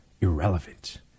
irrelevant